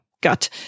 gut